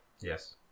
Yes